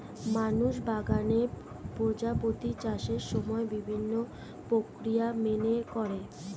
মানুষ বাগানে প্রজাপতির চাষের সময় বিভিন্ন প্রক্রিয়া মেনে করে